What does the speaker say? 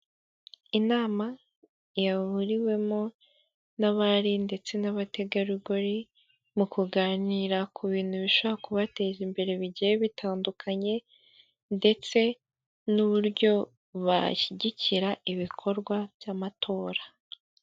Inama yahuriwemo n'abari ndetse n'abategarugori mu kuganira ku bintu bishobora kubateza imbere bigiye bitandukanye, ndetse n'uburyo bashyigikira ibikorwa by'amatora.